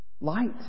Light